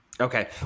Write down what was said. Okay